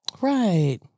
Right